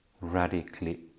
radically